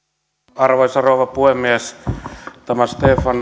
arvoisa rouva puhemies tämä edustaja stefan